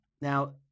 Now